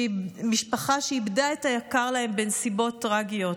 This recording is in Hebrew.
משפחה שאיבדה את היקר לה בנסיבות טרגיות,